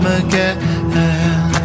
again